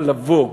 אבל לבוא,